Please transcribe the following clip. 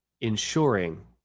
ensuring